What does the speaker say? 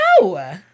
No